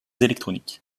électroniques